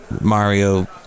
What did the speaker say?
Mario